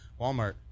walmart